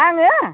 आङो